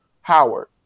Howard